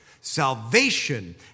salvation